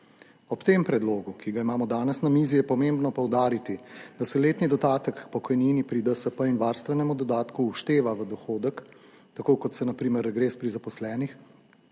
Ob tem predlogu, ki ga imamo danes na mizi, je pomembno poudariti, da se letni dodatek k pokojnini pri DSP in varstvenemu dodatku všteva v dohodek, tako kot se na primer regres pri zaposlenih,